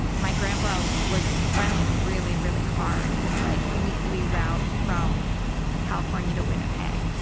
my grandpa was running really really hard. this like weekly route from california to winnipeg.